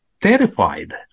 terrified